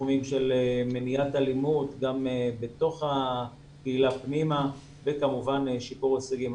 תחומים של מניעת אלימות גם בתוך הקהילה פנימה וכמובן שיפור הישגים.